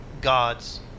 God's